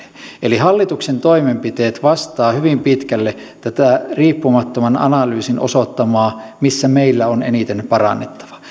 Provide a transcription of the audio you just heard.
eli hallituksen toimenpiteet vastaavat hyvin pitkälle tätä riippumattoman analyysin osoittamaa missä meillä on eniten parannettavaa